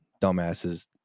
dumbasses